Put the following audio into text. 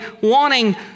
wanting